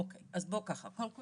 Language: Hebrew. אוקיי, אז ככה, קודם כל